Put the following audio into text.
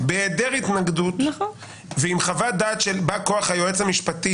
בהיעדר התנגדות ועם חוות דעת של בא-כוח היועץ המשפטי